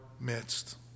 midst